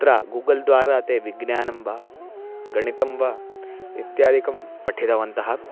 तत्र गूगल्द्वारा ते विज्ञानं वा गणितं वा इत्यादिकं पठितवन्तः